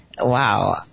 wow